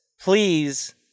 Please